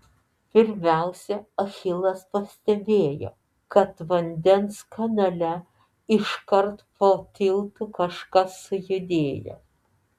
pirmiausia achilas pastebėjo kad vandens kanale iškart po tiltu kažkas sujudėjo